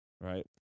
right